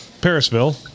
Parisville